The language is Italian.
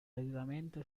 gratuitamente